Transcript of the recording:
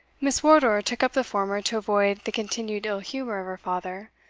miss wardour took up the former to avoid the continued ill-humour of her father,